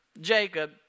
Jacob